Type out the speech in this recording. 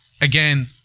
Again